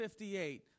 58